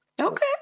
Okay